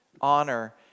Honor